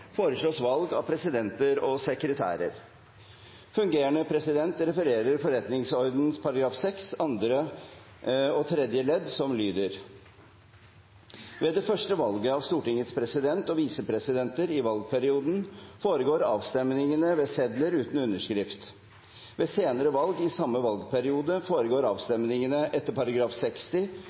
valg av presidenter og sekretærer. Fungerende president refererer forretningsordenens § 6 andre og tredje ledd, som lyder: «Ved det første valget av Stortingets president og visepresidenter i valgperioden foregår avstemningene ved sedler uten underskrift. Ved senere valg i samme valgperiode foregår avstemningene etter § 60